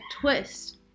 twist